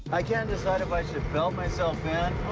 i can't decide it i should belt myself in.